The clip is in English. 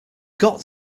got